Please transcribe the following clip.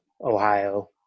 Ohio